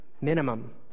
minimum